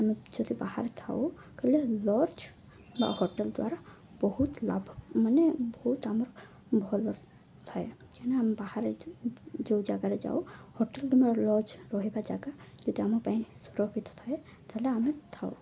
ଆମେ ଯଦି ବାହାରେ ଥାଉ ତା'ହେଲେ ଲଜ୍ ବା ହୋଟେଲ ଦ୍ୱାରା ବହୁତ ଲାଭ ମାନେ ବହୁତ ଆମର ଭଲ ଥାଏ କାହିଁକନା ଆମେ ବାହାରେ ଯେଉଁ ଜାଗାରେ ଯାଉ ହୋଟେଲ କିମ୍ବା ଲଜ୍ ରହିବା ଜାଗା ଯଦି ଆମ ପାଇଁ ସୁରକ୍ଷିତ ଥାଏ ତା'ହେଲେ ଆମେ ଥାଉ